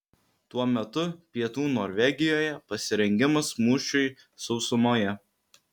tuo metu pietų norvegijoje pasirengimas mūšiui sausumoje